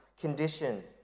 condition